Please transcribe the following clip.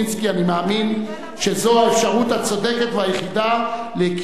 אני מאמין שזו האפשרות הצודקת והיחידה לקיומה